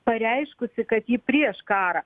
pareiškusi kad ji prieš karą